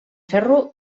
ferro